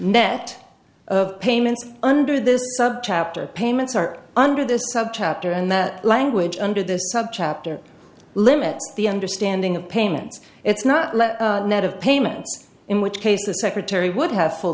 net of payments under this subchapter payments are under this subchapter and that language under this subchapter limits the understanding of payments it's not let net of payments in which case the secretary would have full